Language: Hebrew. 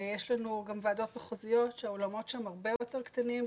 יש לנו גם ועדות מחוזיות שהאולמות שם הרבה יותר קטנים.